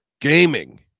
gaming